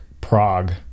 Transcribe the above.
Prague